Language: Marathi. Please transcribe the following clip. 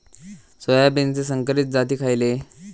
सोयाबीनचे संकरित जाती खयले?